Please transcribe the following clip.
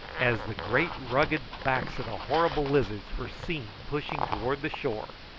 as the great rugged backs the horrible lizards were seen pushing towards the shore,